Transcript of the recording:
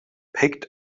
picked